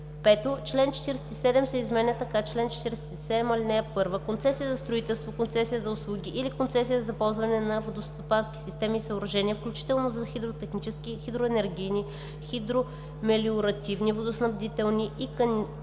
5. Член 47а се изменя така: „Чл. 47а. (1) Концесия за строителство, концесия за услуги или концесия за ползване на водностопански системи и съоръжения, включително за хидротехнически, хидроенергийни, хидромелиоративни, водоснабдителни и канализационни